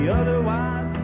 otherwise